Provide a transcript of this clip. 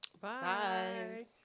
bye